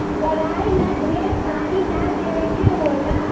कराई ला ढेर पानी ना देवे के होला